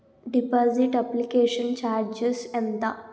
Deposit application charges ఎంత?